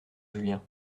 julien